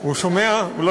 הוא שומע, הוא שומע.